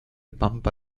pampa